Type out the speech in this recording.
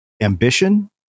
Ambition